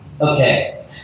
Okay